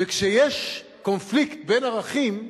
וכשיש קונפליקט בין ערכים,